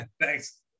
Thanks